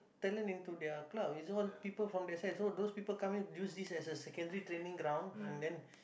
talent into their club is all people from that side so those people come in use this as a secondary training ground and then